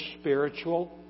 spiritual